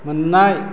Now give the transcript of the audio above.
मोननाय